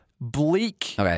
bleak